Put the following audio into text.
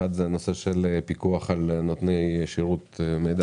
האחד הוא הנושא של פיקוח על נותני שירות מידע